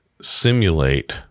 simulate